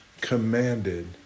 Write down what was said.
commanded